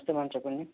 నమస్తే మ్యాడం చెప్పండి